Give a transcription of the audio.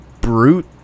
brute